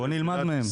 בוא נלמד מהם.